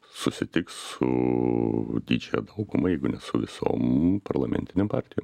susitiks su didžiąja dauguma jeigu ne su visom parlamentinėm partijom